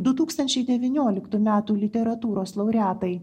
du tūkstančiai devynioliktų metų literatūros laureatai